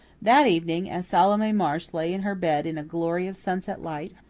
that evening, as salome marsh lay in her bed in a glory of sunset light,